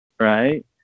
right